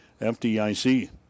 FDIC